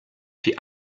die